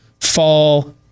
fall